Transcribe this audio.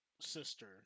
sister